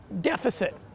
deficit